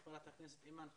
חברת הכנסת אימאן ח'טיב,